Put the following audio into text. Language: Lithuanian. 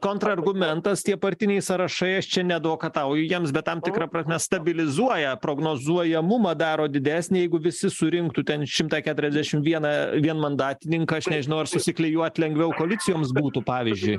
kontrargumentas tie partiniai sąrašai aš čia neadvokatauju jiems bet tam tikra prasme stabilizuoja prognozuojamumą daro didesnį jeigu visi surinktų ten šimtą keturiasdešim vieną vienmandatininką aš nežinau ar susiklijuot lengviau koalicijoms būtų pavyzdžiui